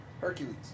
Hercules